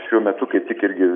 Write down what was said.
šiuo metu kaip tik irgi